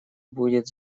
будет